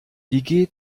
die